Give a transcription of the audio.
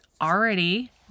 already